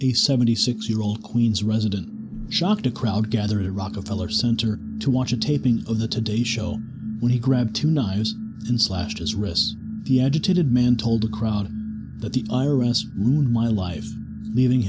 the seventy six year old queens resident shocked a crowd gathered in rockefeller center to watch a taping of the today show when he grabbed two knives and slashed his wrists the agitated man told the crowd that the iris my life leaving